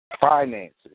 Finances